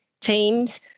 teams